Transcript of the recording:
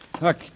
Look